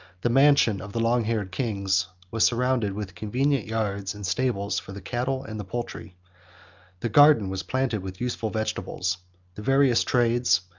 the mansion of the long-haired kings was surrounded with convenient yards and stables, for the cattle and the poultry the garden was planted with useful vegetables the various trades,